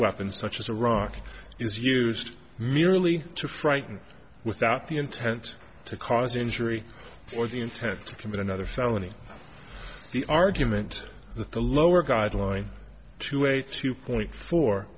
weapon such as a rock is used merely to frighten without the intent to cause injury or the intent to commit another felony the argument that the lower guideline to a two point four